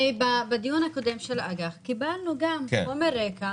הרי בדיון הקודם של האג"ח קיבלנו גם חומר רקע,